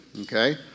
okay